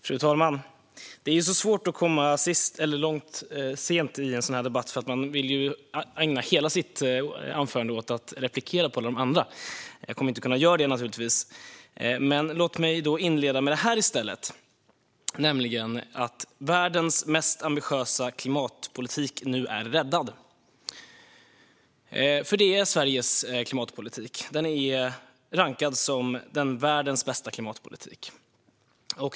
Fru talman! Det är tufft att komma sent i en debatt - man vill ju ägna hela sitt anförande åt att replikera på de andra. Jag kommer inte att kunna göra det, så låt mig i stället inleda med detta: Världens mest ambitiösa klimatpolitik är nu räddad. Det är Sveriges klimatpolitik - den är rankad som världens bästa klimatpolitik.